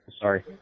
Sorry